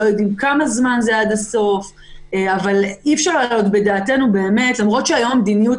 למרות שהיום המדיניות